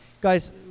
guys